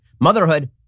Motherhood